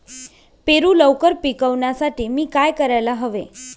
पेरू लवकर पिकवण्यासाठी मी काय करायला हवे?